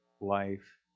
life